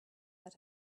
that